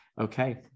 Okay